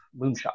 Moonshot